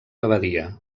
abadia